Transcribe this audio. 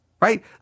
right